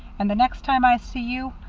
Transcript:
and the next time i see you,